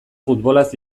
futbolaz